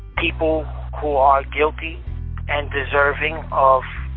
people who are guilty and deserving of,